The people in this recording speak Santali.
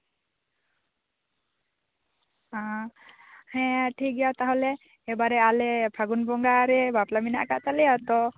ᱦᱩᱸ ᱦᱮᱸ ᱴᱷᱤᱠᱜᱮᱭᱟ ᱛᱟᱦᱞᱮ ᱮᱵᱟᱨᱮ ᱟᱞᱮ ᱯᱷᱟᱜᱩᱱ ᱵᱚᱸᱜᱟ ᱨᱮ ᱵᱟᱯᱞᱟ ᱢᱮᱱᱟᱜ ᱟᱠᱟᱫ ᱛᱟᱞᱮᱭᱟ ᱛᱚ